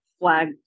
flag